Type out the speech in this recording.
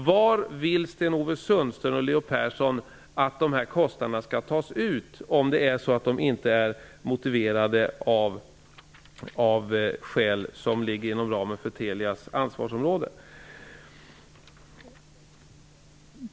Var vill Sten-Ove Sundström och Leo Persson att täckningen för kostnaderna skall tas ut, om de inte är motiverade av omständigheter som ligger inom ramen för Telias ansvarsområde?